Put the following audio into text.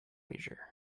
leisure